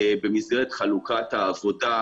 במסגרת חלוקת העבודה,